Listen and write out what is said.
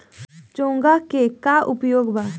चोंगा के का उपयोग बा?